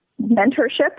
mentorship